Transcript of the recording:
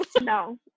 no